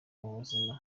mubuzima